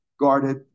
guarded